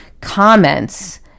comments